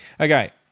Okay